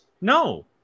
No